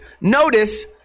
notice